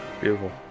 Beautiful